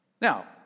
Now